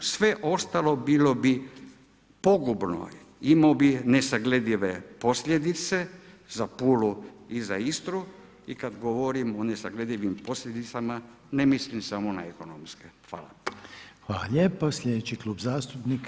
Sve ostalo bilo bi pogubno imao bi nesagledive posljedice za Pulu i za Istru, i kad govorim o nesagledivim posljedicama ne mislim samo na ekonomske.